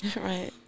Right